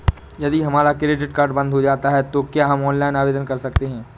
यदि हमारा credit card बंद हो जाता है तो क्या हम ऑनलाइन आवेदन कर सकते हैं?